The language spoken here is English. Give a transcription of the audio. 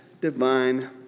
divine